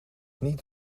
niet